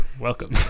Welcome